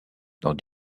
dans